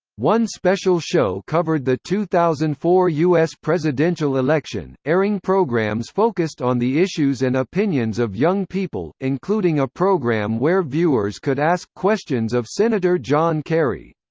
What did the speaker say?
one special show covered the two thousand and four us presidential election, airing programs focused on the issues and opinions of young people, including a program where viewers could ask questions of senator john kerry.